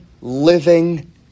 living